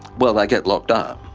well they get locked up.